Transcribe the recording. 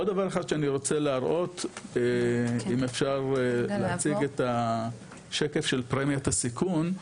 עוד דבר אחד שאני רוצה להראות אם אפשר להציג את השקף של פרמיית הסיכון,